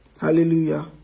Hallelujah